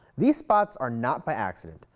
these spots are not by accident,